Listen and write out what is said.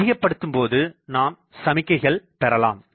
அதிகப்படுத்தும் போது நாம் சமிக்கைகள் பெறலாம்